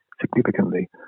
significantly